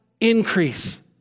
increase